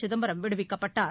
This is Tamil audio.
சிதம்பரம் விடுவிக்கப்பட்டார்